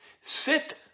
sit